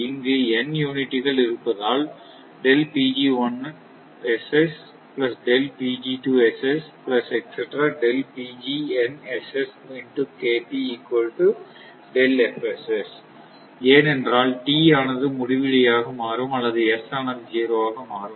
இங்கு n யூனிட்டுகள் இருப்பதால் ஏனென்றால் t ஆனது முடிவிலி ஆக மாறும் அல்லது S ஆனது 0 ஆக மாறும்